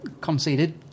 conceded